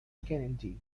kennedy